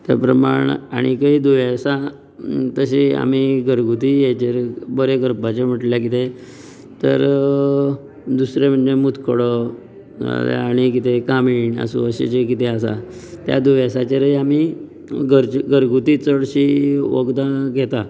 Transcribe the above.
त्या प्रमाण आनीकय दुयेंसां तशी आमी घरगुती हेजेर बरें करपाचें म्हटल्यार कितें तर दुसरें म्हणजे मुतखडो नाल्या आनी कितें कामीण आसूं जे कितें आसा त्या दुयेंसांचेरय आमी गरजे घरगुती वखदां घेतात